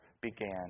began